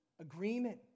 agreement